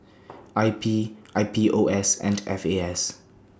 I P I P O S and F A S